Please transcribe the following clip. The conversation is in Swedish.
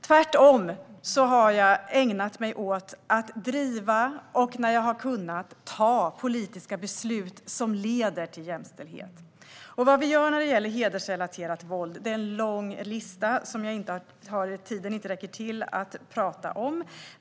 Tvärtom har jag ägnat mig åt att driva och att, när jag har kunnat, ta politiska beslut som leder till jämställdhet. Vad vi gör när det gäller hedersrelaterat våld är en lång lista. Tiden räcker inte till att prata om den.